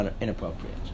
inappropriate